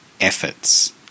efforts